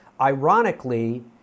Ironically